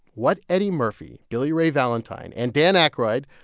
what eddie murphy billy ray valentine and dan aykroyd,